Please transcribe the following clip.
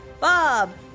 Bob